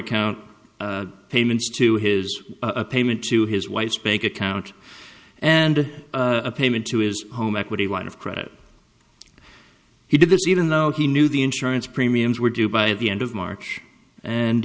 account payments to his a payment to his wife's bank account and a payment to his home equity line of credit he did this even though he knew the insurance premiums were due by the end of march and